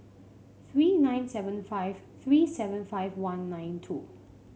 three nine seven five three seven five one nine two